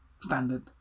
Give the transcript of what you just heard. standard